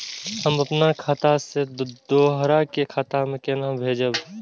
हम आपन खाता से दोहरा के खाता में केना भेजब?